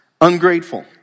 Ungrateful